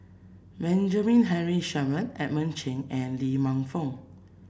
Benjamin Henry Sheare Men Edmund Cheng and Lee Man Fong